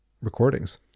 recordings